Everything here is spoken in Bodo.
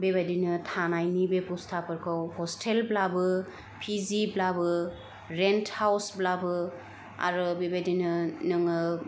बेबायदिनो थानायनि बेबस्थाफोरखौ हस्टेलब्लाबो पि जिब्लाबो रेन्ट हाउसब्लाबो आरो बेबायदिनो नोङो